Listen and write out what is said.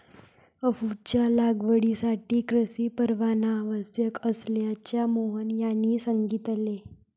अफूच्या लागवडीसाठी कृषी परवाना आवश्यक असल्याचे मोहन यांनी सांगितले